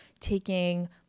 taking